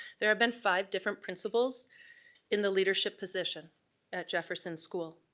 there have been five different principals in the leadership position at jefferson school,